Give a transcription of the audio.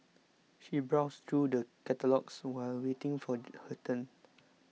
she browsed through the catalogues while waiting for her turn